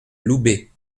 loubet